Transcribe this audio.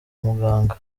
muganga